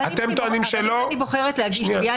אתם טוענים שלא -- אבל אז אני בוחרת להגיש תביעה